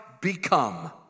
become